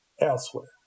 elsewhere